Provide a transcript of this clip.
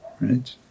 right